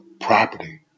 property